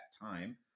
time